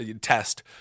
test